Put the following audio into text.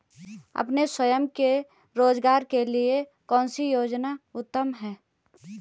अपने स्वयं के रोज़गार के लिए कौनसी योजना उत्तम है?